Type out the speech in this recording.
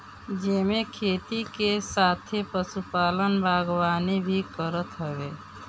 जेमे खेती के साथे पशुपालन, बागवानी भी करत हवे